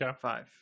five